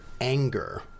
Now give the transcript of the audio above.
anger